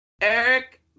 Eric